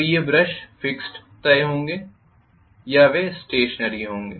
तो ये brush fixed तय होंगे या वे स्टेशनरी होंगे